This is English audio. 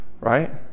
right